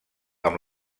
amb